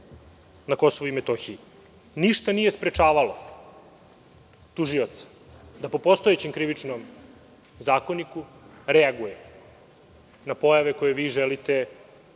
na Kosovu i Metohiji. Ništa nije sprečavalo tužioca da po postojećem Krivičnom zakoniku reaguje na pojave koje vi želite